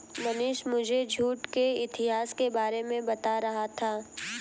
मनीष मुझे जूट के इतिहास के बारे में बता रहा था